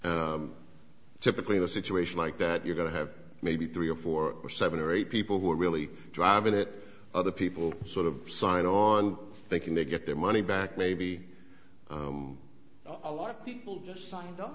buyers typically the situation like that you're going to have maybe three or four or seven or eight people who are really driving it other people sort of sign on thinking they get their money back maybe a lot of people just signed up